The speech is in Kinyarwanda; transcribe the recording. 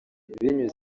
biciye